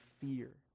fear